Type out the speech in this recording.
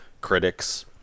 critics